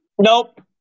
Nope